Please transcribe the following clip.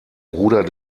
bruder